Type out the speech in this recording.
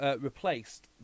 Replaced